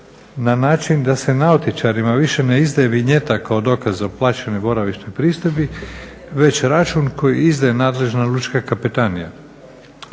na način da se nautičarima više ne izdaje vinjeta kao dokaz o plaćenoj boravišnoj pristojbi već račun koji izdaje nadležna lučka kapetanija.